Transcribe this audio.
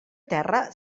terra